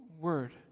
word